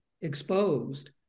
exposed